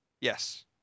Yes